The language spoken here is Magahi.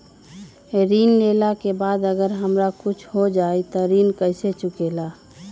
ऋण लेला के बाद अगर हमरा कुछ हो जाइ त ऋण कैसे चुकेला?